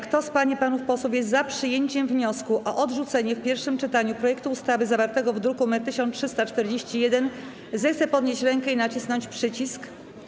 Kto z pań i panów posłów jest za przyjęciem wniosku o odrzucenie w pierwszym czytaniu projektu ustawy zawartego w druku nr 1341, zechce podnieść rękę i nacisnąć przycisk.